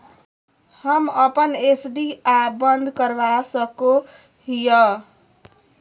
हम अप्पन एफ.डी आ बंद करवा सको हियै